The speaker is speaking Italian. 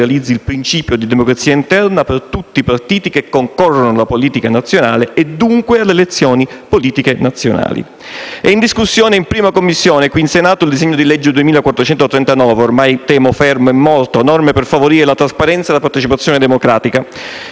il principio di democrazia interna per tutti i partiti che concorrono alla politica nazionale e, dunque, alle elezioni politiche nazionali. È in discussione in 1a Commissione qui in Senato il disegno di legge n. 2439 «Norme per favorire la trasparenza e la partecipazione democratica»